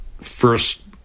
first